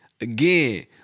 Again